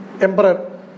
Emperor